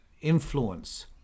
influence